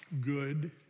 Good